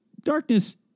darkness